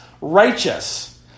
righteous